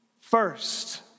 first